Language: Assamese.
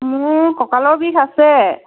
মোৰ কঁকালৰ বিষ আছে